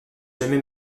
jamais